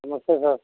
नमस्ते सर